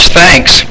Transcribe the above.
thanks